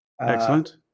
Excellent